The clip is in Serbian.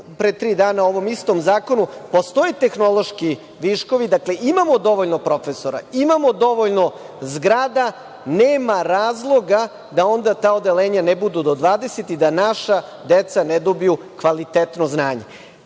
pre tri dana o ovom istom zakonu, postoje tehnološki viškovi, imamo dovoljno profesora, imamo dovoljno zgrada. Nema razloga da onda ta odeljenja ne budu do 20 i da naša deca ne dobiju kvalitetno znanje. Ako